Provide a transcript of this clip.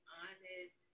honest